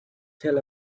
tell